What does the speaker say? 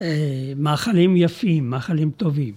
מאכלים יפים, מאכלים טובים.